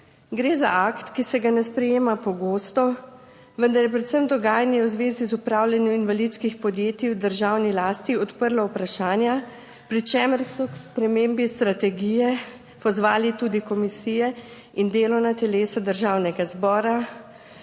Gre za akt, ki se ga ne sprejema pogosto, vendar je predvsem dogajanje v zvezi z upravljanjem invalidskih podjetij v državni lasti odprla vprašanja, pri čemer so k spremembi strategije pozvali tudi komisije in delovna telesa Državnega zbora.